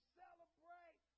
celebrate